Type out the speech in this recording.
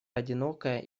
одинокая